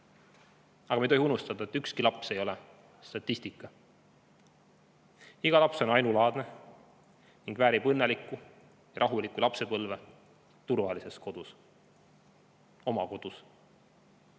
Aga me ei tohi unustada, et ükski laps ei ole statistika. Iga laps on ainulaadne ning väärib õnnelikku ja rahulikku lapsepõlve turvalises kodus, oma kodus.